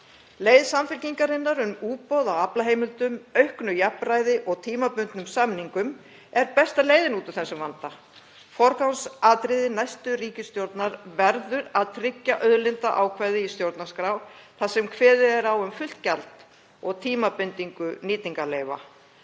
Leið Samfylkingarinnar um útboð á aflaheimildum, aukið jafnræði og tímabundna samninga er besta leiðin út úr þessum vanda. Forgangsatriði næstu ríkisstjórnar verður að tryggja auðlindaákvæði í stjórnarskrá þar sem kveðið er á um fullt gjald og tímabindingu nýtingarleyfa.